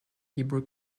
hebrew